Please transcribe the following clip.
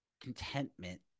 contentment